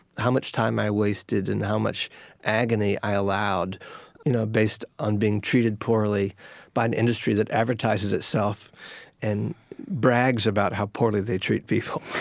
how much time i wasted and how much agony i allowed you know based on being treated poorly by an industry that advertises itself and brags about how poorly they treat people.